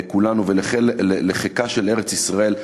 ולחיקה של ארץ-ישראל.